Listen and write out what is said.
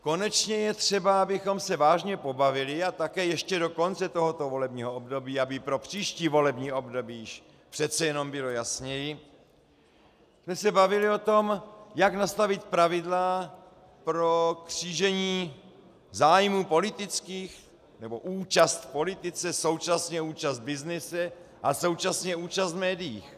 Konečně je třeba, abychom se vážně pobavili a také ještě do konce tohoto volebního období, aby pro příští volební období již přece jenom bylo jasněji, abychom se bavili o tom, jak nastavit pravidla pro křížení zájmů politických nebo účast v politice, současně účast v byznyse a současně účast v médiích.